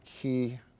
key